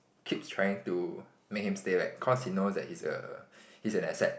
keeps trying to make him stay like cause he knows that he a he's an asset